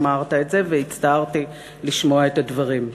אמרת את זה והצטערתי לשמוע את הדברים.